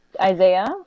Isaiah